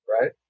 right